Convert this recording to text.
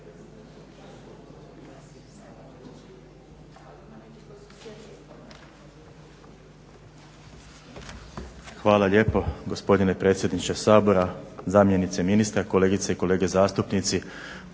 Hvala lijepo gospodine predsjedniče Sabora, zamjenice ministra, kolegice i kolege zastupnici.